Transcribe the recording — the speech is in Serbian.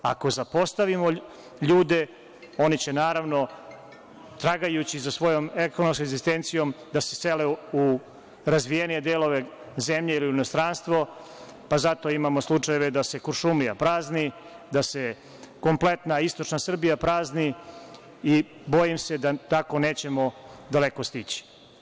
Ako zapostavimo ljude oni će naravno tragajući za svojoj ekonomskom egzistencijom da se sele u razvijenije delove zemlje ili u inostranstvo pa zato imamo slučajeve da se Kuršumlija prazni, da se kompletna istočna Srbija prazni i bojim se da tako nećemo daleko stići.